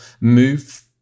move